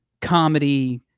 comedy